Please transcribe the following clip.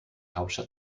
hauptstadt